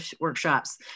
workshops